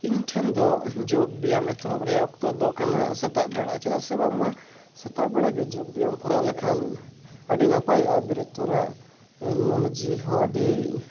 ᱤᱧ ᱴᱷᱮᱱ ᱫᱚ ᱡᱳᱜᱽ ᱵᱮᱭᱟᱢ ᱮᱛᱚᱦᱚᱵ ᱨᱮᱭᱟᱜ ᱚᱠᱛᱚ ᱫᱚ ᱠᱟᱱᱟ ᱥᱮᱛᱟᱜ ᱵᱮᱲᱟ ᱪᱮᱫᱟᱜ ᱥᱮ ᱵᱟᱝᱢᱟ ᱥᱮᱛᱟᱜ ᱵᱮᱲᱟ ᱜᱮ ᱡᱳᱜᱽ ᱵᱮᱭᱟᱢ ᱠᱚᱨᱟᱣ ᱞᱮᱠᱷᱟᱱ ᱟᱹᱰᱤ ᱱᱟᱯᱟᱭᱚᱜᱼᱟ ᱵᱮᱨᱮᱫ ᱛᱚᱨᱟ ᱢᱚᱱᱮ ᱡᱤᱣᱤ ᱦᱚᱸ ᱟᱹᱰᱤ